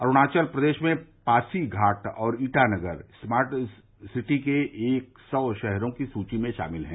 अरूणाचल प्रदेश में पासी घाट और Itanagar smart city के एक सौ शहरों की सूची में शामिल हैं